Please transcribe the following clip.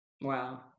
wow